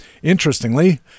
Interestingly